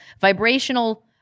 vibrational